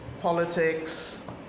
politics